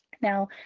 Now